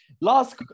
last